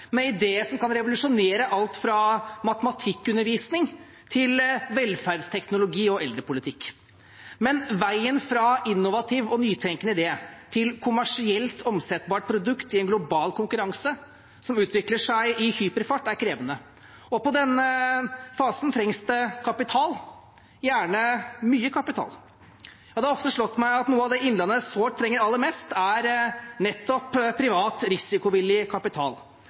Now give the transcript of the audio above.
årene med ideer som kan revolusjonere alt fra matematikkundervisning til velferdsteknologi og eldrepolitikk. Men veien fra innovativ og nytenkende idé til kommersielt omsettelig produkt i en global konkurranse som utvikler seg i hyperfart, er krevende. I den fasen trengs det kapital, gjerne mye kapital. Det har ofte slått meg at noe av det Innlandet sårt trenger aller mest, er nettopp privat risikovillig kapital.